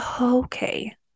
okay